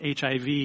HIV